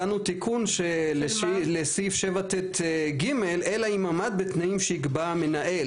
תיקון לסעיף 7ט(ג) "אלא אם עמד בתנאים שיקבע המנהל",